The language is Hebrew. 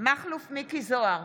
מכלוף מיקי זוהר,